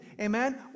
Amen